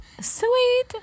Sweet